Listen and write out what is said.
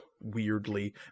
weirdly